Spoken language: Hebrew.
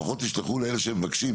לפחות ישלחו לאלה שמבקשים,